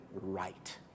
right